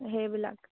সেইবিলাক